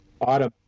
Autumn